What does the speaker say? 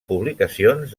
publicacions